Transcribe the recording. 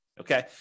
Okay